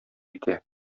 итә